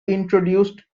introduced